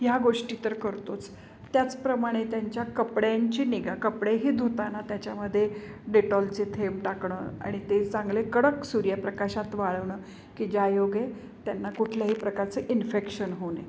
ह्या गोष्टी तर करतोच त्याचप्रमाणे त्यांच्या कपड्यांची निगा कपडेही धुताना त्याच्यामध्ये डेटॉलचे थेंब टाकणं आणि ते चांगले कडक सूर्यप्रकाशात वाळवणं की ज्यायोगे त्यांना कुठल्याही प्रकारचं इन्फेक्शन होऊ नये